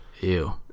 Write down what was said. Ew